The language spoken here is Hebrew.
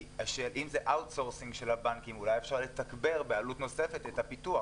כי אם זה outsourcing של הבנקים אולי אפשר לתגבר בעלות נוספת את הפיתוח.